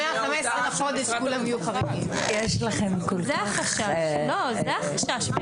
זה החשש,